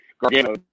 Gargano